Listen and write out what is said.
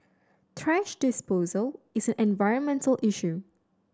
thrash disposal is an environmental issue